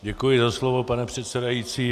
Děkuji za slovo, pane předsedající.